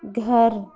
گھر